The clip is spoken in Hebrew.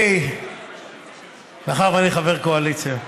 מאחר שאני חבר קואליציה,